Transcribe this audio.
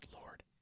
Lord